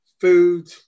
food